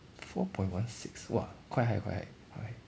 four point one six !whoa! quite high quite high